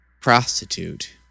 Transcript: prostitute